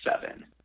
seven